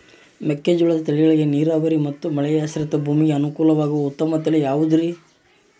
ಮೆಕ್ಕೆಜೋಳದ ತಳಿಗಳಲ್ಲಿ ನೇರಾವರಿ ಮತ್ತು ಮಳೆಯಾಶ್ರಿತ ಭೂಮಿಗೆ ಅನುಕೂಲವಾಗುವ ಉತ್ತಮ ತಳಿ ಯಾವುದುರಿ?